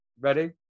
Ready